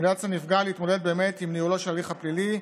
נאלץ הנפגע להתמודד באמת עם ניהולו של ההליך הפלילי,